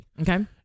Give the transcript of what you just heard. Okay